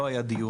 לא היה דיון,